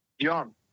John